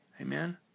Amen